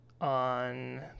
on